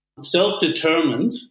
self-determined